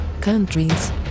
countries